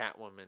Catwoman